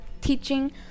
teaching